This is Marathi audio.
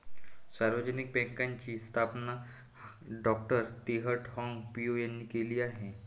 सार्वजनिक बँकेची स्थापना डॉ तेह हाँग पिओ यांनी केली आहे